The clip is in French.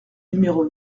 numéro